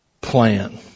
plan